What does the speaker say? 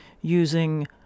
using